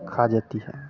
खा जाती है